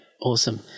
awesome